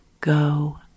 go